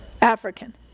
African